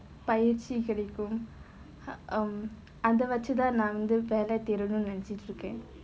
பயிற்சி கிடைக்கும்:payirchi kidaikum um அத வச்சுதான் நான் வந்து வேலை தேடனுன்னு நினைச்சுட்டு இருக்கேன்:atha vachuthaan naan vanthu velai thedanunnu ninaichuttu irukkaen